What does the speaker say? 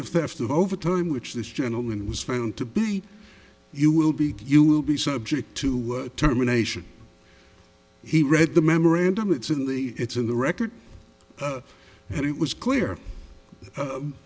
of theft of overtime which this gentleman was found to be you will be you will be subject to work terminations he read the memorandum it's in the it's in the record and it was clear